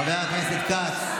חבר הכנסת כץ.